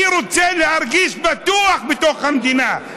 אני רוצה להרגיש בטוח בתוך המדינה,